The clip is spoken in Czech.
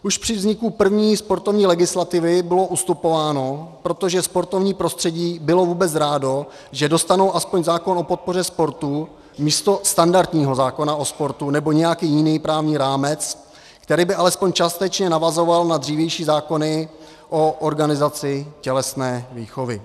Už při vzniku první sportovní legislativy bylo ustupováno, protože sportovní prostředí bylo vůbec rádo, že dostanou aspoň zákon o podpoře sportu místo standardního zákona o sportu, nebo nějaký jiný právní rámec, který by alespoň částečně navazoval na dřívější zákony o organizaci tělesné výchovy.